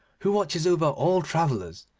who watches over all travellers,